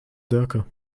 diercke